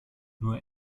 nur